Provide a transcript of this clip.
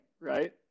Right